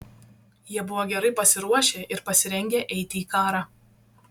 jie buvo gerai pasiruošę ir pasirengę eiti į karą